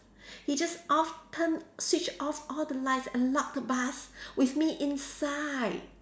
he just off turn switched off all the lights and lock the bus with me inside